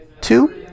two